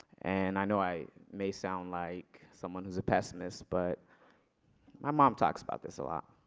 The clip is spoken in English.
and i know i may sound like someone who's a pessimist but my mom talks about this. ah